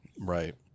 Right